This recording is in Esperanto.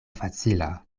facila